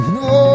no